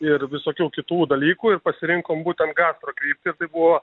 ir visokių kitų dalykų ir pasirinkom būtent gastro kryptį ir tai buvo